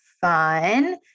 fun